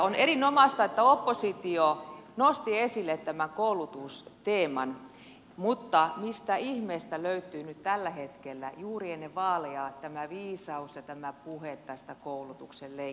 on erinomaista että oppositio nosti esille tämän koulutusteeman mutta mistä ihmeestä löytyy nyt tällä hetkellä juuri ennen vaaleja tämä viisaus ja tämä puhe näistä koulutuksen leikkauksista